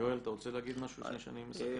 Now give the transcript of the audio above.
יואל, אתה רוצה להגיד משהו לפני שאני מסכם?